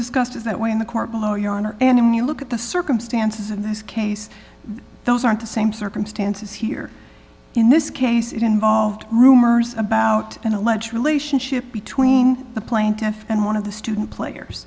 discussed is that when the court below your honor and then you look at the circumstances of this case those aren't the same circumstances here in this case it involved rumors about an alleged relationship between the plaintiff and one of the student players